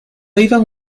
iban